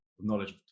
knowledge